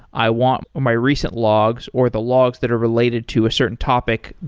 i want my recent logs or the logs that are related to a certain topic,